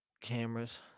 cameras